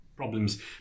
problems